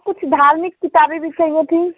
और कुछ धार्मिक किताबें भी चाहिए थीं